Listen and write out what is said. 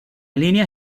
líneas